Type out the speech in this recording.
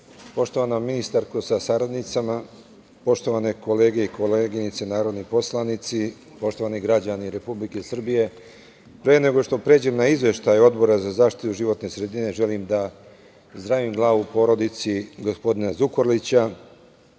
ministarko sa saradnicama, poštovane kolege i koleginice narodni poslanici, poštovani građani Republike Srbije, pre nego što pređem na izveštaj Odbora za zaštitu životne sredine želim da zdravim glavu porodici gospodina Zukorlića,